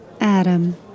Adam